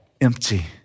empty